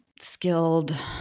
skilled